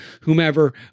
whomever